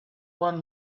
one